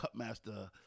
Cutmaster